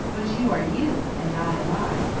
but you are you and i am i,